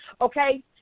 okay